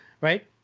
right